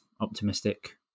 optimistic